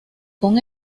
con